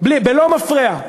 בלא מפריע,